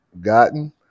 gotten